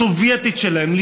הסובייטית שלהם,